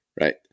right